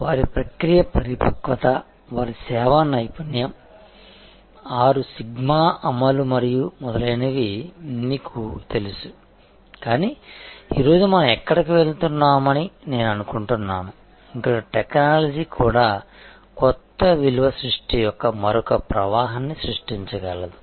వారి ప్రక్రియ పరిపక్వత వారి సేవా నైపుణ్యం 6 సిగ్మా అమలు మరియు మొదలైనవి మీకు తెలుసు కానీ ఈ రోజు మనం ఎక్కడో వెళ్తున్నామని నేను అనుకుంటున్నాను ఇక్కడ టెక్నాలజీ కూడా కొత్త విలువ సృష్టి యొక్క మరొక ప్రవాహాన్ని సృష్టించగలదు